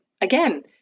again